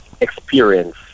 experience